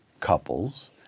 couples